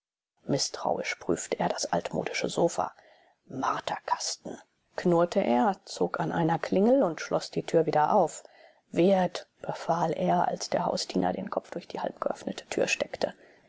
mißtrauisch prüfte er das altmodische sofa marterkasten knurrte er zog an einer klingel und schloß die tür wieder auf wirt befahl er als der hausdiener den kopf durch die halbgeöffnete tür steckte